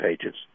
pages